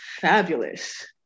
fabulous